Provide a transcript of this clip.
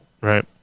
Right